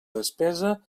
despesa